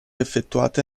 effettuate